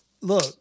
look